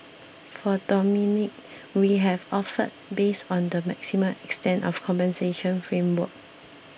for Dominique we have offered based on the maximum extent of compensation framework